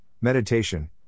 meditation